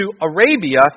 Arabia